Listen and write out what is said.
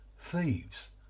thieves